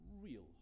real